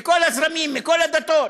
מכל הזרמים, מכל הדתות,